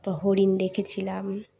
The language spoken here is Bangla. তা হরিণ দেখেছিলাম